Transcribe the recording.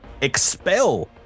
expel